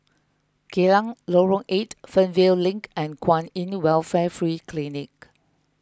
Geylang Lorong eight Fernvale Link and Kwan in Welfare Free Clinic